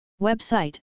Website